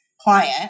client